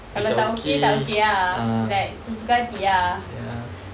kalau tak okay tak okay ah like sesuka hati ah